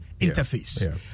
interface